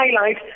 highlight